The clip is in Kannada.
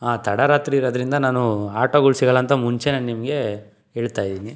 ತಡರಾತ್ರಿ ಇರೋದ್ರಿಂದ ನಾನು ಆಟೋಗಳು ಸಿಗಲ್ಲ ಅಂತ ಮುಂಚೆಯೇ ನಿಮಗೆ ಹೇಳ್ತಾ ಇದ್ದೀನಿ